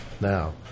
Now